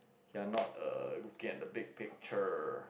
they're not err who get the big picture